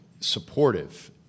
supportive